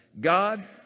God